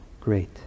great